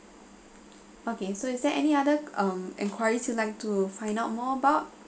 okay so is there any other um enquiry you like to find out more about